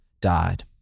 died